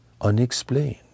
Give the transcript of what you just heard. unexplained